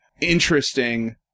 interesting